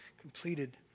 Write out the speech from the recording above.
completed